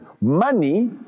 money